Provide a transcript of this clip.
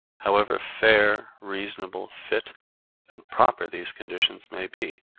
however fair, reasonable, fit and proper these conditions may be,